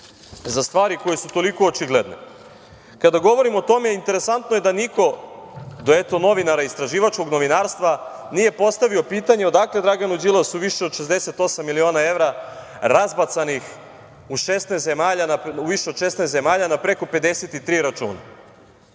za stvari koje su toliko očigledne. Kada govorim o tome, interesantno je da niko do eto novinara, istraživačkog novinarstva, nije postavio pitanje odakle Draganu Đilasu više od 68 miliona evra razbacanih u više od 16 zemalja na preko 53 računa.Zašto